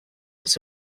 its